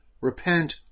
Repent